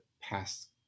past